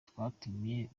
twatumiye